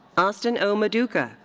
austin o. maduka,